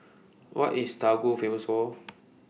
What IS Togo Famous For